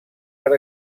per